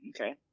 Okay